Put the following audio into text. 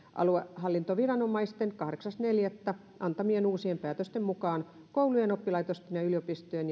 aluehallintoviranomaisten kahdeksas neljättä antamien uusien päätösten mukaan koulujen oppilaitosten ja yliopistojen